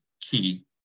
key